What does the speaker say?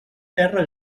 terra